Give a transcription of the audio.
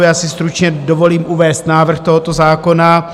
Já si stručně dovolím uvést návrh tohoto zákona.